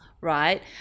right